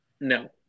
no